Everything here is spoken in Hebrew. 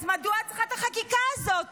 אז מדוע את צריכה את החקיקה הזאת?